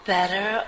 Better